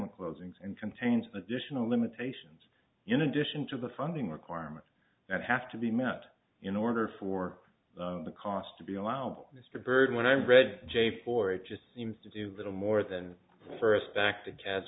segment closings and contains additional limitations in addition to the funding requirement that have to be met in order for the cost to be allowable mr byrd when i read j for it just seems to do little more than first back to jazz